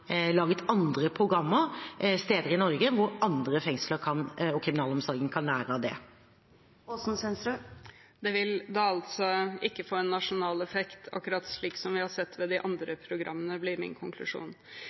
laget andre programmer, på steder i Norge hvor andre fengsler og kriminalomsorgen kan lære av det. Det vil da altså ikke få en nasjonal effekt, akkurat slik vi har sett ved de